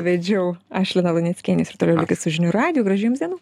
vedžiau aš lina luneckienė jūs ir toliau likit su žinių radiju gražių jums dienų